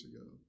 ago